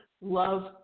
love